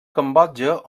cambodja